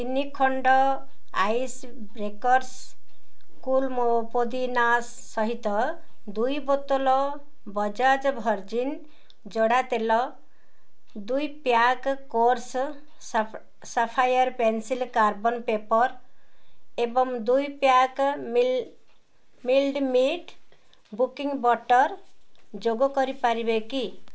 ତିନି ଖଣ୍ଡ ice breakers cool ପୋଦିନାସ୍ ସହିତ ଦୁଇ ବୋତଲ ବଜାଜ୍ ଭର୍ଜିନ୍ ଜଡ଼ା ତେଲ ଦୁଇ pack course sapphire pencil carbon paper ଏବଂ ଦୁଇ pack mild meat cooking butter ଯୋଗ କରିପାରିବେ କି